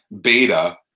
beta